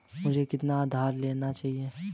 मुझे कितना उधार लेना चाहिए?